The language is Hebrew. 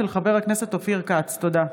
תודה.